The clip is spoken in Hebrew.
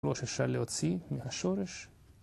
ראש אפשר להוציא מהשורש